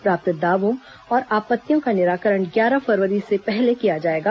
प्राप्त दावों और आपत्तियों का निराकरण ग्यारह फरवरी से पहले किया जाएगा